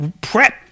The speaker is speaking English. prep